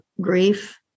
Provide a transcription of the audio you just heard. grief